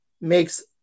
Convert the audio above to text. makes